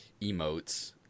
emotes